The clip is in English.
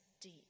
deep